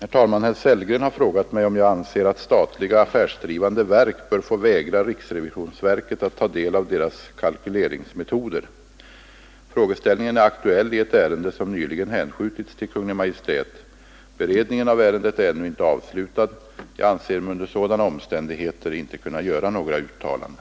riksrevisionsverket att ta del av statliga affärsdrivande verks kalkyleringsmetoder Herr talman! Herr Sellgren har frågat mig om jag anser att statliga affärsdrivande verk bör få vägra riksrevisionsverket att ta del av deras kalkyleringsmetoder. Frågeställningen är aktuell i ett ärende som nyligen hänskjutits till Kungl. Maj:t. Beredningen av ärendet är ännu inte avslutad. Jag anser mig under sådana omständigheter inte kunna göra några uttalanden.